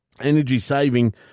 energy-saving